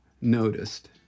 noticed